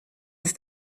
ist